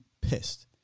pissed